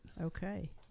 Okay